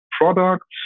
products